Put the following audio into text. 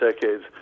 decades